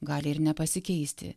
gali ir nepasikeisti